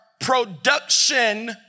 production